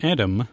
Adam